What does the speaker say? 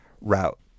route